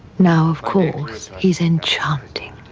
now of course he's enchanting,